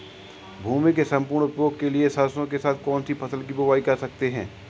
भूमि के सम्पूर्ण उपयोग के लिए सरसो के साथ कौन सी फसल की बुआई कर सकते हैं?